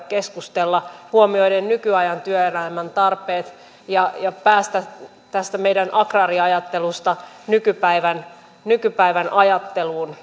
keskustella huomioiden nykyajan työelämän tarpeet ja ja päästä tästä meidän agraariajattelusta nykypäivän nykypäivän ajatteluun